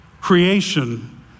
Creation